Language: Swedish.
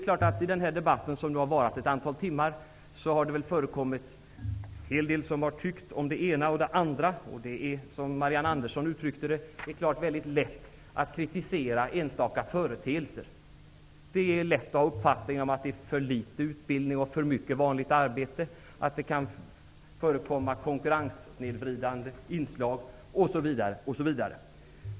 I den här debatten, som nu har varat ett antal timmar, har det väl förekommit en hel del som har tyckt om det ena och det andra. Det är naturligtvis, som Marianne Andersson uttryckte det, väldigt lätt att kritisera enstaka företeelser. Det är lätt att ha uppfattningen att det är för litet utbildning och för mycket vanligt arbete, att det förekommer konkurrenssnedvridande inslag, osv.